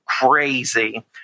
crazy